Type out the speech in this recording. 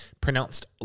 pronounced